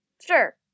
Sure